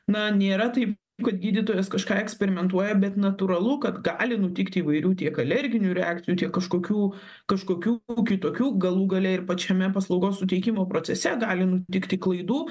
na nėra taip kad gydytojas kažką eksperimentuoja bet natūralu kad gali nutikti įvairių tiek alerginių reakcijų tiek kažkokių kažkokių kitokių galų gale ir pačiame paslaugos suteikimo procese gali nutikti klaidų